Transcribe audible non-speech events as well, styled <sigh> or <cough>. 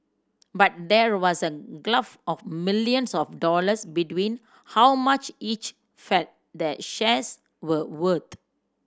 but there was a <unintelligible> of millions of dollars between how much each felt the shares were worth